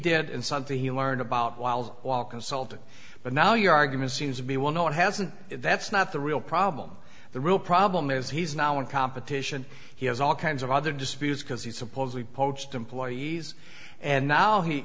did and something he learned about wilde while consulting but now your argument seems to be well no it hasn't that's not the real problem the real problem is he's now in competition he has all kinds of other disputes because he supposedly poached employees and now he